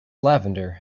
lavender